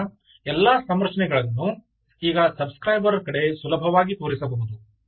ಆದ್ದರಿಂದ ಎಲ್ಲಾ ಸಂರಚನೆಗಳನ್ನು ಈಗ ಸಬ್ ಸ್ಕ್ರೈಬರ್ ಕಡೆ ಸುಲಭವಾಗಿ ತೋರಿಸಬಹುದು